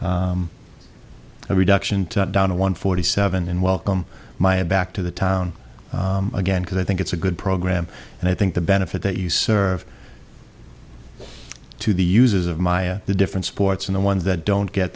a reduction down to one forty seven in welcome maya back to the town again because i think it's a good program and i think the benefit that you serve to the users of my the different sports and the ones that don't get